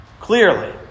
clearly